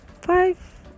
five